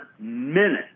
minute